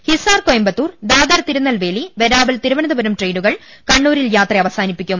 Hisar Coimbatore Dadar Tirunelveli Veraval Thiruvananthapuram ട്രെയിനുകൾ കണ്ണൂരിൽ യാത്ര അവസാനിപ്പിക്കും